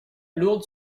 lourde